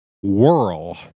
whirl